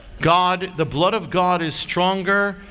god. the blood of god is stronger,